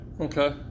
Okay